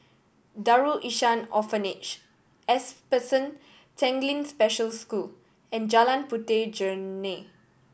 Darul Ihsan Orphanage S Person Tanglin Special School and Jalan Puteh Jerneh